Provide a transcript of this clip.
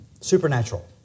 supernatural